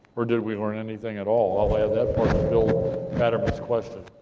or did we learn anything at all? i'll add that part to bill aderman's question.